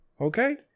okay